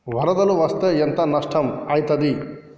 వరదలు వస్తే ఎంత నష్టం ఐతది?